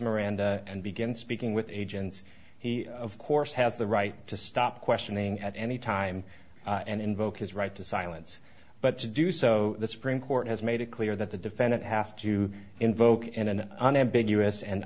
miranda and begins speaking with agents he of course has the right to stop questioning at any time and invoke his right to silence but to do so the supreme court has made it clear that the defendant has to invoke in an unambiguous and